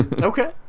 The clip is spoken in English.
Okay